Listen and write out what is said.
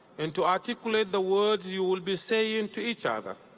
and to articulate the words you will be saying to each other.